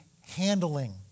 handling